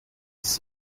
ist